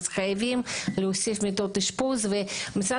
אז חייבים להוסיף מיטות אשפוז ומשרד